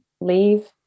leave